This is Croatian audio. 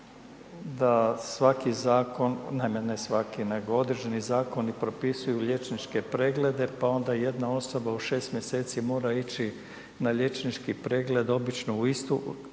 da svaki Zakon, naime ne svaki nego određeni Zakoni propisuju liječničke pregleda pa onda jedna osoba u šest mjeseci mora ići na liječnički pregled obično u istu,